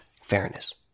fairness